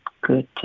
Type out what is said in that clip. good